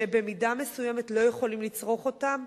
שבמידה מסוימת לא יכולים לצרוך אותו,